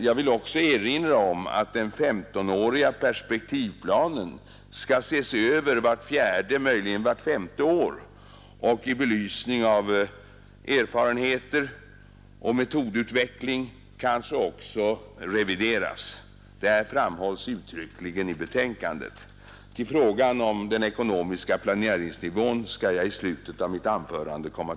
Jag vill också erinra om att den 1S5-åriga perspektivplanen skall ses över vart fjärde, möjligen vart femte år och i belysning av erfarenheter och metodutveckling kanske också revideras. Det framhålles uttryckligen i betänkandet. Till frågan om den ekonomiska planeringsnivån skall jag komma tillbaka i slutet av mitt anförande.